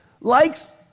likes